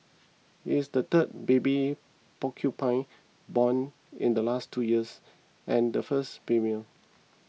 it is the third baby porcupine born in the last two years and the first female